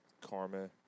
Karma